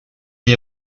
est